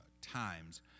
times